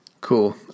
Cool